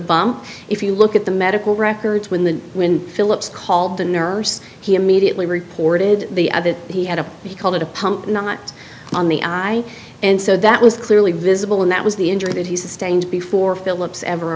bomb if you look at the medical records when the when phillips called the nurse he immediately reported the other he had a he called it a pump not on the eye and so that was clearly visible and that was the injury that he sustained before phillips ever